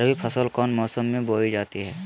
रबी फसल कौन मौसम में बोई जाती है?